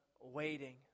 waiting